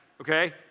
okay